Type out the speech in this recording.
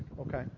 Okay